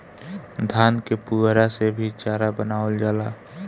धान के पुअरा से भी चारा बनावल जाला